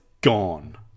gone